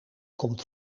komt